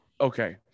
Okay